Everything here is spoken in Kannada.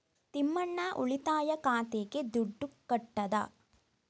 ತಿಮ್ಮಣ್ಣ ಉಳಿತಾಯ ಖಾತೆಗೆ ದುಡ್ಡು ಕಟ್ಟದ